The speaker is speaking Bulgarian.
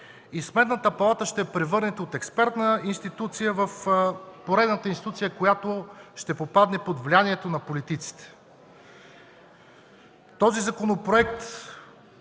Сметната палата ще я превърнете от експертна институция в поредната институция, която ще попадне под влиянието на политиците. Този законопроект